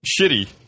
shitty